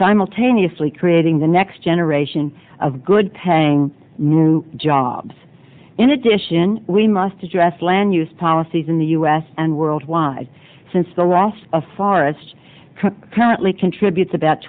simultaneously creating the next generation of good paying jobs in addition we must address land use policies in the u s and worldwide since the last a forest currently contributes about